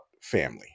family